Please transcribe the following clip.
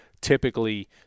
typically